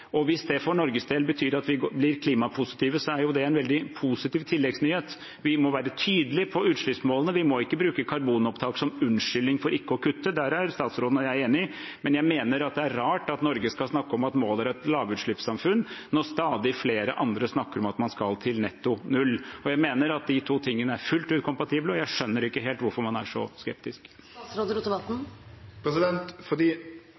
Hvis det for Norges del betyr at vi blir klimapositive, er det en veldig positiv tilleggsnyhet. Vi må være tydelig på utslippsmålene. Vi må ikke bruke karbonopptak som unnskyldning for ikke å kutte, der er statsråden og jeg enig, men jeg mener det er rart at Norge skal snakke om at målet er et lavutslippssamfunn, når stadig flere andre snakker om at man skal til netto null. Jeg mener at de to tingene er fullt ut kompatible, og jeg skjønner ikke helt hvorfor man er så skeptisk. Det er fordi